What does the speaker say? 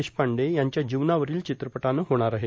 देशपांडे यांच्या जीवनावरोल चित्रपटानं होणार आहे